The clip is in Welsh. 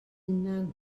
hunan